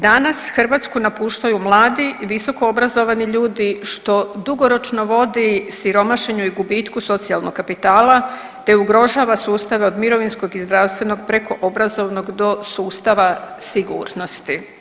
Danas Hrvatsku napuštaju mladi i visokoobrazovani ljudi što dugoročno vodi siromašenju i gubitku socijalnog kapitala te ugrožava sustave od mirovinskog i zdravstvenog preko obrazovnog do sustava sigurnosti.